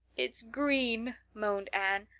it's green, moaned anne.